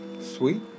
Sweet